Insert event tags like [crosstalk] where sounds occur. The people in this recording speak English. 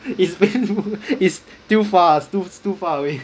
it's [laughs] it's still far too too far away